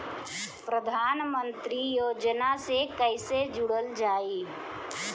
प्रधानमंत्री योजना से कैसे जुड़ल जाइ?